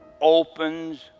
opens